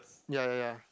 ya ya ya